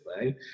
right